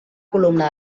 columna